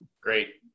Great